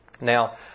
Now